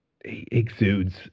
exudes